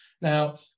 Now